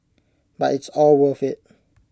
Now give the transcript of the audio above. but it's all worth IT